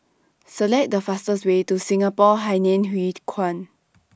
Select The fastest Way to Singapore Hainan Hwee Kuan